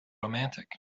romantic